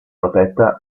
protetta